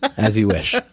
as you wish.